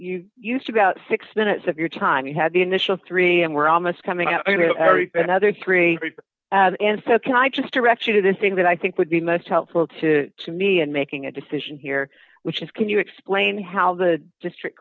you used about six minutes of your time you had the initial three and were almost coming up very bad another three and said can i just direct you to the thing that i think would be most helpful to me and making a decision here which is can you explain how the district